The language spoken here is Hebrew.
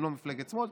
אתם לא מפלגת שמאל,